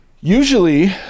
Usually